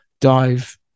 dive